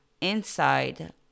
inside